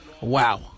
Wow